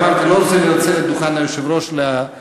אמרתי שאני לא רוצה לנצל את דוכן היושב-ראש לתגובה.